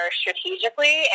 strategically